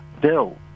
Bill